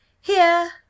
Here